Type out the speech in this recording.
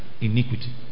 iniquity